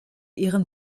ihren